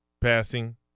passing